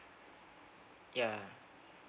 yeah